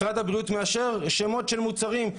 משרד הבריאות מאשר שמות של מוצרים,